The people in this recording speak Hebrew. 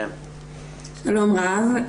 שלום רב.